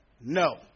No